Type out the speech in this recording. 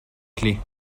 clé